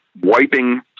wiping